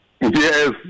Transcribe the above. Yes